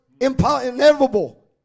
inevitable